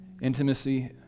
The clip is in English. intimacy